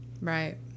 Right